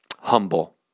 Humble